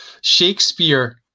Shakespeare